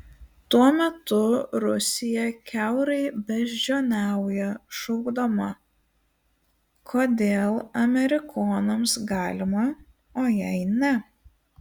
tuo metu rusija kiaurai beždžioniauja šaukdama kodėl amerikonams galima o jai ne